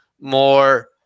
more